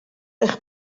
eich